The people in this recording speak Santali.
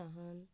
ᱥᱟᱠᱟᱢ ᱥᱟᱦᱟᱱ